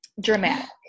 dramatic